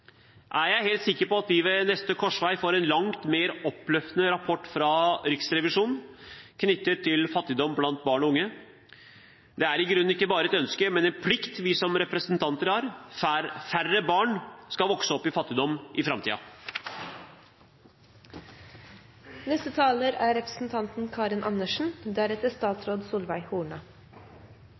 er jeg helt sikker på at vi ved neste korsvei får en langt mer oppløftende rapport fra Riksrevisjonen knyttet til fattigdom blant barn og unge. Det er i grunnen ikke bare et ønske, men en plikt vi som representanter har. Færre barn skal vokse opp i fattigdom i